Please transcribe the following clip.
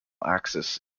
axis